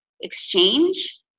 exchange